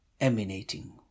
emanating